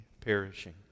perishing